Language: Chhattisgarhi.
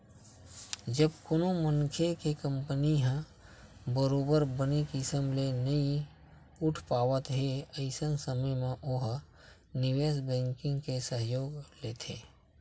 जब कोनो मनखे के कंपनी ह बरोबर बने किसम ले नइ उठ पावत हे अइसन समे म ओहा निवेस बेंकिग के सहयोग लेथे